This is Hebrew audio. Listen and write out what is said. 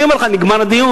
אני אומר לך: נגמר דיון?